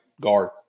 guard